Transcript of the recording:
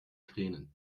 tränen